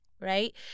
right